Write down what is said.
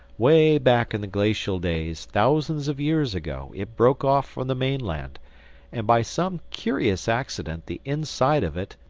way back in the glacial days, thousands of years ago, it broke off from the mainland and by some curious accident the inside of it,